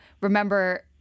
remember